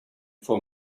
for